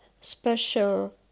special